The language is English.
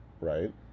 Right